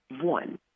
one